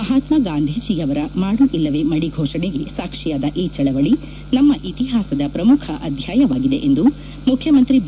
ಮಹಾತ್ಮಾ ಗಾಂಧೀಜಿಯವರ ಮಾಡು ಇಲ್ಲವೆ ಮದಿ ಘೋಷಣೆಗೆ ಸಾಕ್ಷಿಯಾದ ಈ ಚಳವಳಿ ನಮ್ಮ ಇತಿಹಾಸದ ಪ್ರಮುಖ ಅಧ್ಯಾಯವಾಗಿದೆ ಎಂದು ಮುಖ್ಯಮಂತ್ರಿ ಬಿ